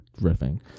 riffing